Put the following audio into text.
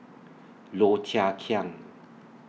Low Thia Khiang